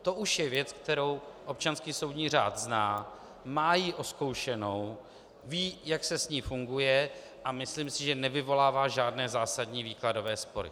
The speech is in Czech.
To už je věc, kterou občanský soudní řád zná, má ji ozkoušenou, ví, jak se s ní funguje, a myslím si, že nevyvolává žádné zásadní výkladové spory.